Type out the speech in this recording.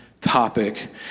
topic